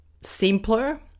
simpler